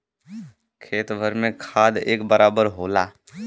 खेत भर में खाद एक बराबर होला